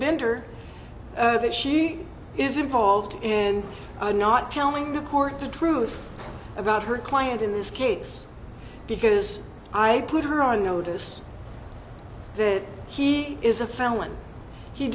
inventor that she is involved in are not telling the court the truth about her client in this case because i put her on notice that he is a felon he